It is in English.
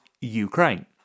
Ukraine